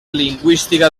lingüística